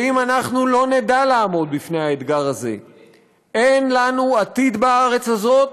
ואם אנחנו לא נדע לעמוד בפני האתגר הזה אין לנו עתיד בארץ הזאת.